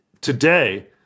today